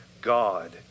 God